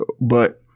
But-